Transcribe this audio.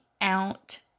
out